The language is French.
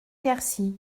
quercy